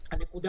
נקודה